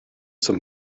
zum